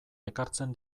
ekartzen